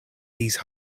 these